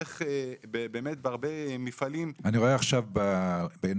איך באמת בהרבה מפעלים --- אני רואה עכשיו בעיניי